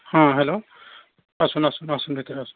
হ্যাঁ হ্যালো আসুন আসুন আসুন ভেতরে আসুন